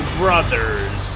brothers